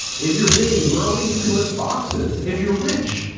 if you're big and burly, you can lift boxes. if you're rich,